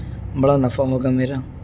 بڑا نفع ہوگا میرا